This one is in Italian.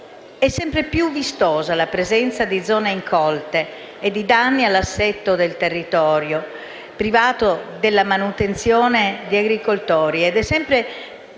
sempre più vistosa la presenza di zone incolte e di danni all'assetto del territorio, privato della manutenzione degli agricoltori,